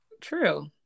true